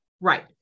Right